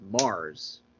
Mars